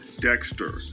Dexter